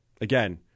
again